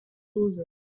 douze